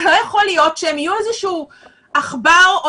ולא יכול להיות שהם יהיו איזשהו עכבר או